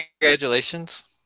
congratulations